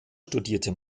studierte